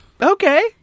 Okay